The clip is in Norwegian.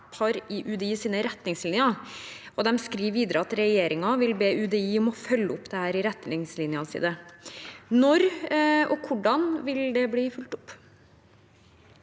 i UDIs retningslinjer, og de skriver videre at regjeringen vil be UDI om å følge opp dette i retningslinjene sine. Når og hvordan vil det bli fulgt opp?